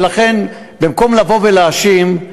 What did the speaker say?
ולכן, במקום לבוא ולהאשים,